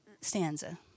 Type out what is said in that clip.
stanza